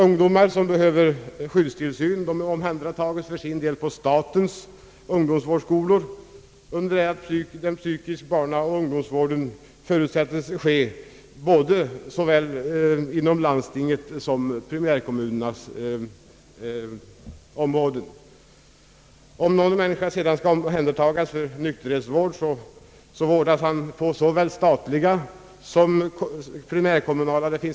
Ungdomar som behöver skyddstillsyn omhändertas på statens ungdomsvårdsskolor, under det att den psykiska barnaoch ungdomsvården skall bedrivas inom både landstinget och primärkommunerna. Om någon människa skall omhändertas för nykterhetsvård kan han få sådan vård på såväl statliga som primärkommunala anstalter.